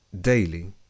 daily